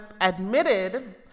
admitted